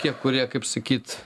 tie kurie kaip sakyt